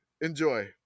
Enjoy